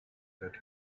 that